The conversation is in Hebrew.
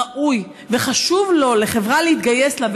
ראוי וחשוב לחברה להתגייס לו,